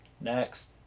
Next